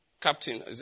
Captain